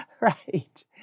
right